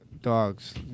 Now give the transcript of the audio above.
Dogs